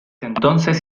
entonces